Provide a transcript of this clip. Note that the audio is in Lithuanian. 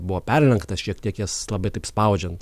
buvo perlenkta šiek tiek jas labai taip spaudžiant